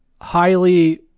highly